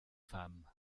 femme